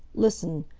listen.